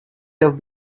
had